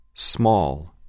Small